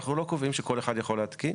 אנחנו לא קובעים שכל אחד יכול להתקין.